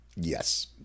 Yes